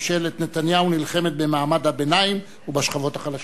ממשלת נתניהו נלחמת במעמד הביניים ובשכבות החלשות.